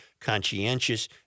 conscientious